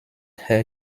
her